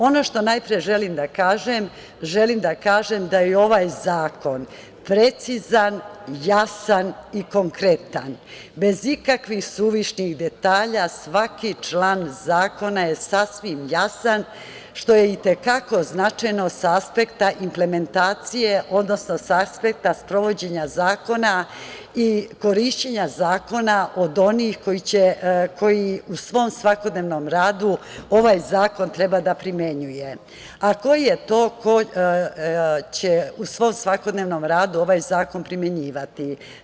Ono što najpre želim da kažem, želim da kažem da je ovaj zakon precizan, jasan i konkretan bez ikakvih suvišnih detalja svaki član zakona je sasvim jasan, što je i te kako značajno sa aspekta implementacije, odnosno sa aspekta sprovođenja zakona i korišćenja zakona od onih koji u svom svakodnevnom radu ovaj zakon treba da primenjuju, a ko je to ko će u svom svakodnevnom radu ovaj zakon primenjivati?